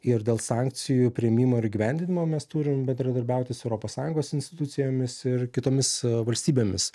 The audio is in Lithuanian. ir dėl sankcijų priėmimo ir įgyvendinimo mes turim bendradarbiauti su europos sąjungos institucijomis ir kitomis valstybėmis